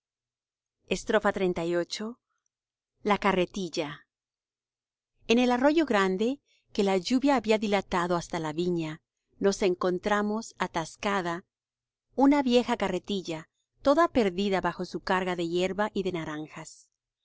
platero xxxviii la carretilla en el arroyo grande que la lluvia había dilatado hasta la viña nos encontramos atascada una vieja carretilla toda perdida bajo su carga de hierba y de naranjas